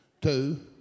two